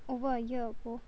over a year ago